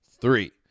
Three